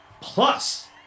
Plus